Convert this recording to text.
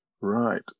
Right